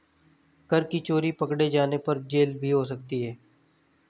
कर की चोरी पकडे़ जाने पर जेल भी हो सकती है